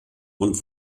und